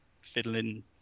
fiddling